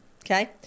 okay